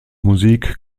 musik